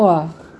!wah!